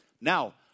Now